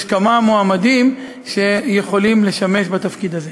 יש כמה מועמדים שיכולים לשמש בתפקיד הזה.